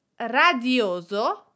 Radioso